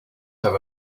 have